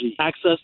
Access